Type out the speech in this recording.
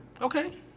Okay